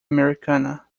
americana